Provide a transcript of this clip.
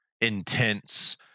intense